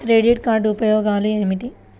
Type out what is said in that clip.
Credit card ఉపయోగాలు ఏమిటి?